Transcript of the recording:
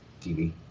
TV